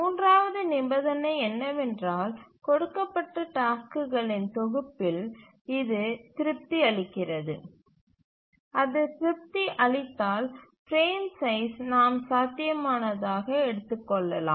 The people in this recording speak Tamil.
மூன்றாவது நிபந்தனை என்னவென்றால் கொடுக்கப்பட்ட டாஸ்க்குகளின் தொகுப்பில் இது திருப்தி அளிக்கிறது அது திருப்தி அளித்தால் பிரேம் சைஸ் நாம் சாத்தியமானதாக எடுத்துக் கொள்ளலாம்